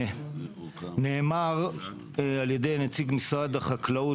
נאמר על ידי נציג משרד החקלאות,